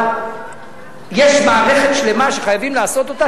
אבל יש מערכת שלמה שחייבים לעשות אותה,